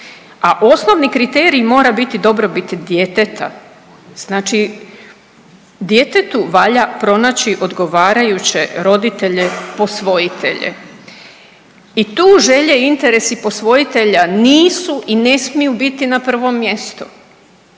a osnovni kriterij mora biti dobrobiti djeteta. Znači djetetu valja pronaći odgovarajuće roditelje posvojitelje. I tu želje i interesi posvojitelja nisu i ne smiju biti na prvom mjestu,